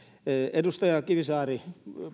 edustaja kivisaari